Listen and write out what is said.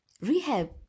Rehab